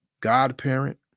godparent